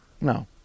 No